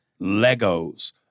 Legos